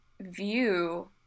view